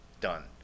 done